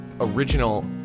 original